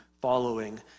following